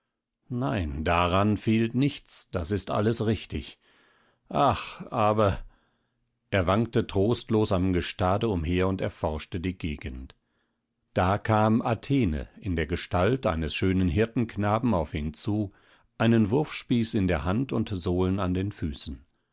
nein daran fehlt nichts das ist alles richtig ach aber er wankte trostlos am gestade umher und erforschte die gegend da kam athene in der gestalt eines schönen hirtenknaben auf ihn zu einen wurfspieß in der hand und sohlen an den füßen